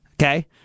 Okay